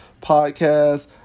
podcast